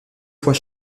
fois